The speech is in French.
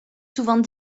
souvent